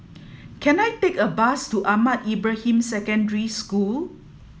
can I take a bus to Ahmad Ibrahim Secondary School